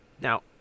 now